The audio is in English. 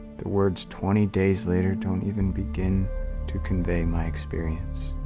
the words twenty days later don't even begin to convey my experience.